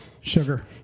sugar